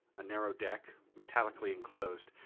a narrow deck, metallically enclosed,